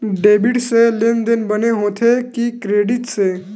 Debit से लेनदेन बने होथे कि क्रेडिट से?